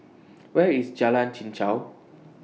Where IS Jalan Chichau